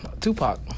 Tupac